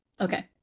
Okay